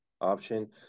option